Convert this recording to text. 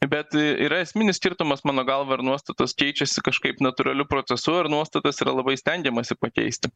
bet yra esminis skirtumas mano galva ar nuostatos keičiasi kažkaip natūraliu procesu ir nuostatas yra labai stengiamasi pakeisti